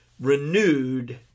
renewed